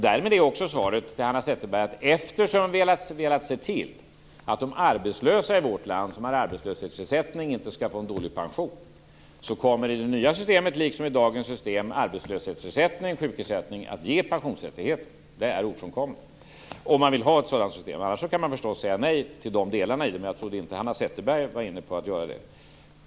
Därmed är också svaret till Hanna Zetterberg att eftersom vi har velat se till att de arbetslösa i vårt land som har arbetslöshetsersättning inte skall få en dålig pension kommer i det nya systemet liksom i dagens system arbetslöshetsersättning och sjukersättning att ge pensionsrättigheter. Det är ofrånkomligt - om man vill ha ett sådant system. Annars kan man förstås säga nej till de delarna i det, men jag trodde inte att Hanna Zetterberg var inne på att göra det.